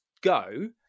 go